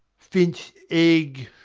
finch egg!